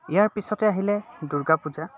ইয়াৰ পিছতে আহিলে দুৰ্গা পূজা